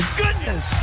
goodness